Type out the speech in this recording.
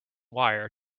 wire